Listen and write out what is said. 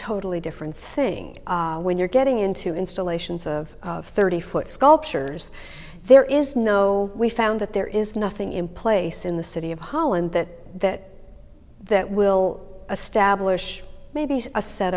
totally different thing when you're getting into installations of thirty foot sculptures there is no we found that there is nothing in place in the city of holland that that will establish maybe a set